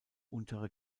untere